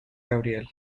gabriel